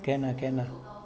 can lah can lah